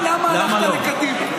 למה הלכת לקדימה?